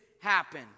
happen